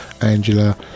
Angela